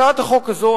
הצעת החוק הזו,